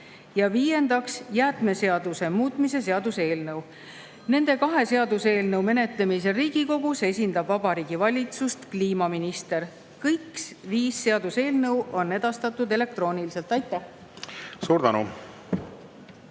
Ja viiendaks, jäätmeseaduse muutmise seaduse eelnõu. Nende kahe seaduseelnõu menetlemisel Riigikogus esindab Vabariigi Valitsust kliimaminister. Kõik viis seaduseelnõu on edastatud elektrooniliselt. Aitäh! Suur tänu!